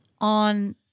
on